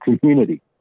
community